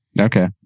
Okay